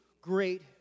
great